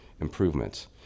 improvements